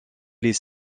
les